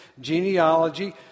genealogy